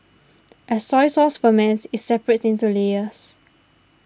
as soy sauce ferments it separates into layers